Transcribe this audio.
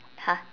!huh!